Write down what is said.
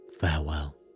Farewell